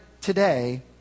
today